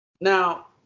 Now